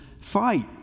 fight